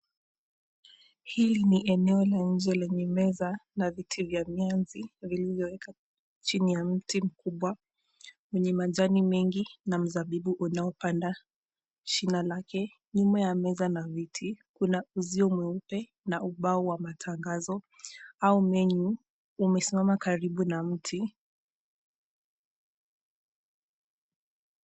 Hili ni eneo la inje leye meza na viti vya mianzi vilivyowekwa chini ya mti mkubwa mwenye majani mengi na mzabibu unaopanda shina lake. Nyuma ya meza na viti kuna uzio mweupe na ubao wa matangazo au menu umesimama karibu na mti.